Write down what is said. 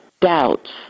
doubts